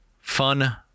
Fun